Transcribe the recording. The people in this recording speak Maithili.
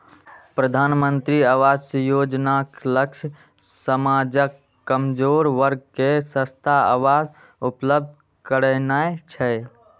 प्रधानमंत्री आवास योजनाक लक्ष्य समाजक कमजोर वर्ग कें सस्ता आवास उपलब्ध करेनाय छै